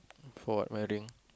for what wedding